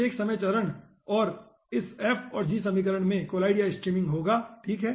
प्रत्येक समय चरण इस f और g समीकरण में कोलॉइड या स्ट्रीमिंग होगा ठीक है